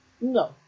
No